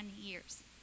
years